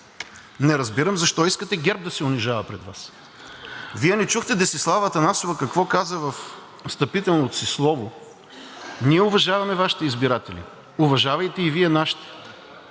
не разбирам защо искате ГЕРБ да се унижава пред Вас. Вие не чухте Десислава Атанасова какво каза във встъпителното си слово: „Ние уважаваме Вашите избиратели, уважавайте и вие нашите.“